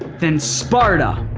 than sparta,